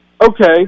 okay